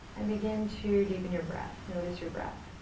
and begin to deepen your breath, notice your breath.